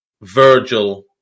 Virgil